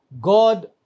God